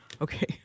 Okay